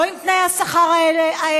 לא עם תנאי השכר האלה,